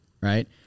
Right